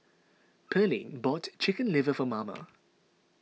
Pearlene bought Chicken Liver for Merna